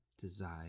desire